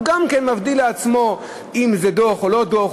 הוא גם מבדיל לעצמו אם דוח או לא דוח.